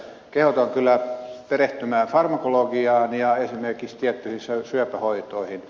kehotan kyllä perehtymään farmakologiaan ja esimerkiksi tiettyihin syöpähoitoihin